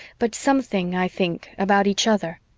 but something, i think, about each other,